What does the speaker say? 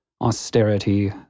austerity